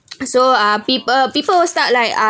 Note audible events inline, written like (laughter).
(noise) so uh people people will start like ah